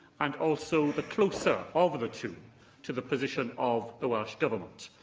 and also the closer of the two to the position of the welsh government.